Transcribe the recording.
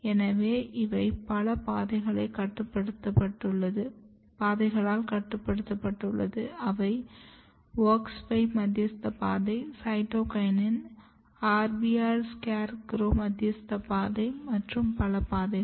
எனவே இவை பல பாதைகளால் கட்டுப்படுத்தப்பட்டுள்ளது அவை WOX 5 மத்தியஸ்த பாதை சைடோகையின் RBR SCARECROW மத்தியஸ்த பாதை மற்றும் பல பாதைகள்